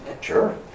sure